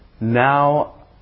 now